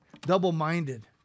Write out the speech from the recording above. Double-minded